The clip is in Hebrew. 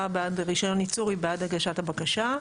בעד רישיון ייצור היא בעד הגשת הבקשה.